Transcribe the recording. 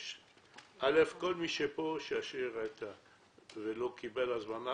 א', כל מי שפה ולא קיבל הזמנה.